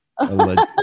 Allegedly